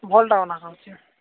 ଭଲ୍ଟା ବନା କହୁଛି